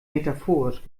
metaphorisch